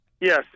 Yes